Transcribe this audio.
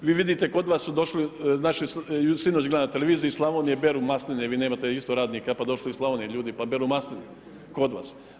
Vi vidite, kod vas su došli naši, sinoć gledam na televiziji, Slavonije, beru masline, vi nemate isto radnika, pa došli iz Slavonije ljudi pa beru masline kod vas.